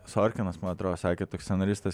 sorkinas man atrodo sakė toks scenaristas